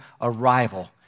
arrival